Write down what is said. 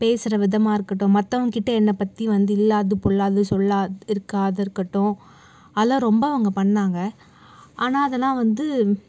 பேசுகிற விதமாக இருக்கட்டும் மற்றவங்ககிட்ட என்னை பற்றி வந்து இல்லாதது பொல்லாதது சொல்லாது இல்லாத அது இருக்கட்டும் அதெல்லாம் ரொம்ப அவங்க பண்ணிணாங்க ஆனால் அதலாம் வந்து